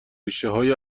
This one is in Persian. ریشههای